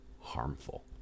harmful